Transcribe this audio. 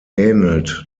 ähnelt